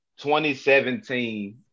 2017